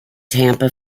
tampa